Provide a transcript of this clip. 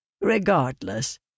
Regardless